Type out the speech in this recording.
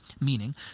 meaning